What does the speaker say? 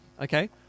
okay